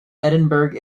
edinburgh